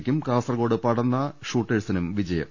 യ്ക്കും കാസർകോട് പടന്ന ഷൂട്ടേഴ്സിനും ജയം